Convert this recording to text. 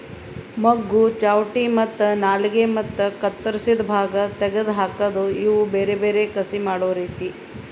ಮೊಗ್ಗು, ಚಾವಟಿ ಮತ್ತ ನಾಲಿಗೆ ಮತ್ತ ಕತ್ತುರಸಿದ್ ಭಾಗ ತೆಗೆದ್ ಹಾಕದ್ ಇವು ಬೇರೆ ಬೇರೆ ಕಸಿ ಮಾಡೋ ರೀತಿ